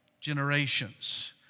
generations